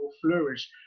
flourish